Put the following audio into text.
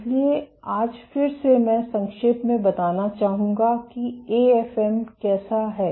इसलिए आज फिर से मैं संक्षेप में बताना चाहूंगा कि एएफएम कैसा है